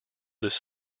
this